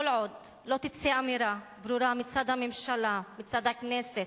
כל עוד לא תצא אמירה ברורה מצד הממשלה, מצד הכנסת,